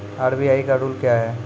RBI का rule क्या हैं?